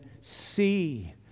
see